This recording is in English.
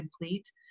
complete